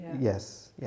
Yes